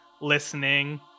listening